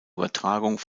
übertragung